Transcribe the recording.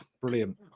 Brilliant